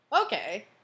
okay